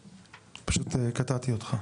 פשוט, קטעתי אותך.